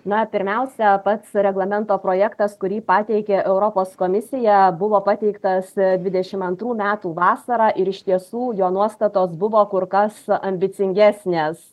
na pirmiausia pats reglamento projektas kurį pateikė europos komisija buvo pateiktas dvidešimt antrų metų vasarą ir iš tiesų jo nuostatos buvo kur kas ambicingesnės